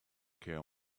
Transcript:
care